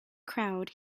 crowd